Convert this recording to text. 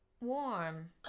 Warm